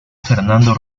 fernando